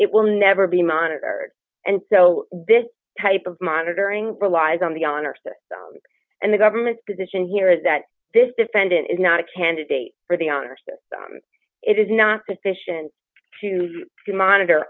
it will never be monitored and so this type of monitoring relies on the honor system and the government's position here is that this defendant is not a candidate for the honor system it is not sufficient to monitor